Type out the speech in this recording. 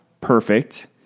perfect